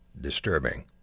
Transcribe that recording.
disturbing